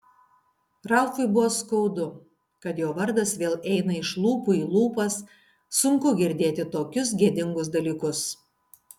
ralfui buvo skaudu kad jo vardas vėl eina iš lūpų į lūpas sunku girdėti tokius gėdingus dalykus